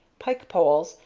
pike-poles,